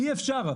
אי אפשר.